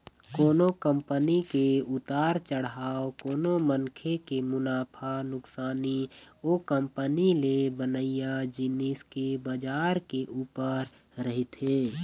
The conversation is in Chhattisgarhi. कोनो कंपनी के उतार चढ़ाव कोनो मनखे के मुनाफा नुकसानी ओ कंपनी ले बनइया जिनिस के बजार के ऊपर रहिथे